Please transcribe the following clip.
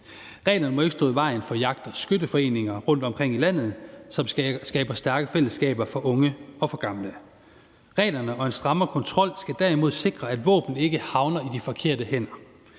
Reglerne må ikke stå i vejen for jagt- og skytteforeninger rundtomkring i landet, som skaber stærke fællesskaber for unge og for gamle. Reglerne og en strammere kontrol skal derimod sikre, at våben ikke havner i de forkerte hænder.